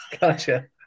gotcha